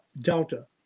delta